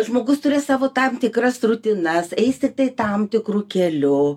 žmogus turės savo tam tikras rutinas eis tiktai tam tikru keliu